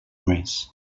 mes